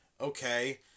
Okay